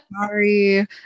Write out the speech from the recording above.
sorry